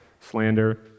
slander